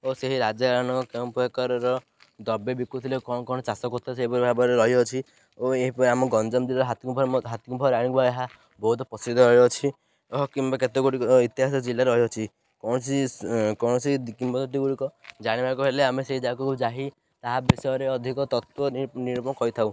ଓ ସେହି ରାଜାରଣ କେଉଁ ପ୍ରକାରର ଦ୍ରବ୍ୟ ବିକୁଥିଲେ ଓ କ'ଣ କ'ଣ ଚାଷ କରୁଥିଲେ ସେହିପରି ଭାବରେ ରହିଅଛି ଓ ଏହିପରି ଆମ ଗଞ୍ଜାମ ଜିଲ୍ଲାର ହାତୀ ଗୁମ୍ଫାର ହାତୀ ଗୁମ୍ଫାର ଆଣିବା ଏହା ବହୁତ ପ୍ରସିଦ୍ଧ ରହିଅଛି ଓ କିମ୍ବା କେତେ ଗୁଡ଼ିକ ଇତିହାସ ଜିଲ୍ଲା ରହିଅଛି କୌଣସି କୌଣସି କିମ୍ବଦନ୍ତୀ ଗୁଡ଼ିକ ଜାଣିବାକୁ ହେଲେ ଆମେ ସେଇ ଜାଗାକୁ ଯାଇ ତାହା ବିଷୟରେ ଅଧିକ ତତ୍ଵ କହିଥାଉ